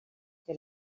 que